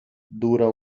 dura